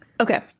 Okay